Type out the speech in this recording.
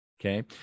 Okay